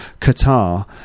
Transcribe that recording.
Qatar